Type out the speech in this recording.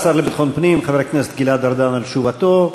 תודה לשר לביטחון פנים חבר הכנסת גלעד ארדן על תשובתו.